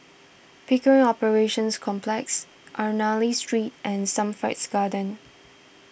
Pickering Operations Complex Ernani Street and Hampstead Gardens